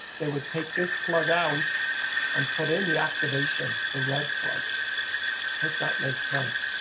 they would take this plug out and put in the activation. the red plug hope that makes sense.